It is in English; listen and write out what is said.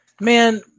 Man